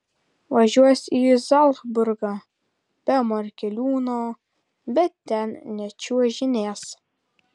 važiuos į zalcburgą be morkeliūno bet ten nečiuožinės